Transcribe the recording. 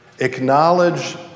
acknowledge